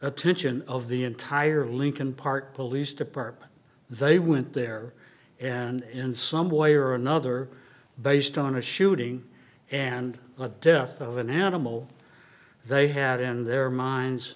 attention of the entire lincoln park police department they went there and in some way or another based on a shooting and the death of an animal they had in their minds